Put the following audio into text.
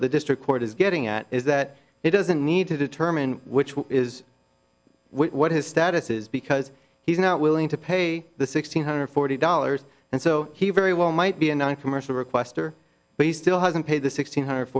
what the district court is getting at is that he doesn't need to determine which is what his status is because he's not willing to pay the six hundred forty dollars and so he very well might be a noncommercial requester but he still hasn't paid the six hundred